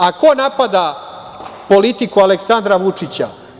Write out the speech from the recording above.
A ko napada politiku Aleksandra Vučića?